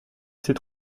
ses